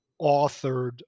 authored